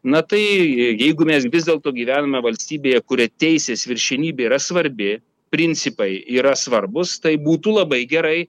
na tai jeigu mes vis dėlto gyvename valstybėje kurioje teisės viršenybė yra svarbi principai yra svarbus tai būtų labai gerai